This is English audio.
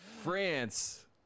France